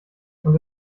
und